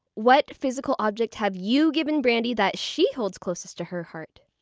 what physical object have you given brandi that she holds closest to her heart?